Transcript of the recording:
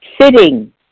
sitting